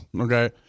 Okay